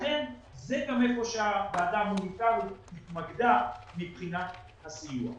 לכן זה גם היכן שהוועדה המוניטרית התמקדה מבחינת הסיוע.